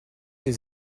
des